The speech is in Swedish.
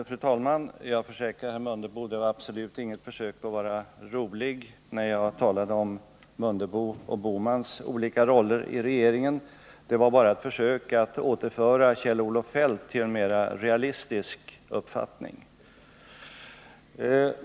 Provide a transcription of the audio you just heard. Fru talman! Jag försäkrar herr Mundebo att det absolut inte var något försök att vara rolig när jag talade om herrar Mundebos och Bohmans olika roller i regeringen. Det var bara ett försök att återföra Kjell-Olof Feldt till en mera realistisk uppfattning.